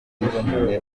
yishimiye